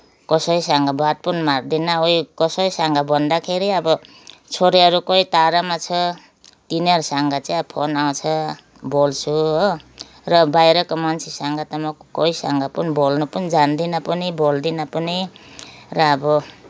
कसैसँग बात पनि मार्दिनँ उइ कसैसगँ भन्दाखेरि अब छोरीहरू कोही टाढामा छ तिनीहरूसँग चाहिँ अब फोन आउँछ बोल्छु हो र बाहिरका मान्छेसँग त म कोहीसँग बोल्न पनि जान्दिनँ पनि बोल्दिनँ पनि र अब